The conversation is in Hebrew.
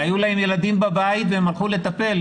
והיו להן ילדים בבית והן הלכו לטפל.